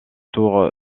tour